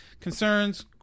concerns